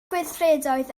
gweithredoedd